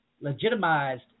legitimized